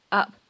up 。